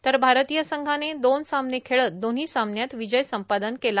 तर भारतीय संघाने दोन सामने खेळत दोन्ही सामन्यात विजय संपादन केले